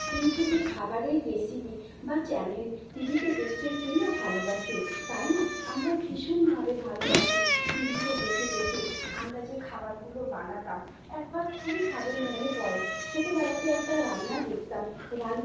ইউট্যুবে খাবারের রেসিপি বা চ্যানেল টিভিতে দেখতে কে না ভালোবাসে তাই না আমরা ভীষণভাবে ভালোবাসি টিভিতে দেখে দেখে আমরা যে খাবারগুলো বানাতাম একবার খুবইভাবে মনে পড়ে ছোটোবেলাতে একটা রান্না দেখতাম রান্না দেখেও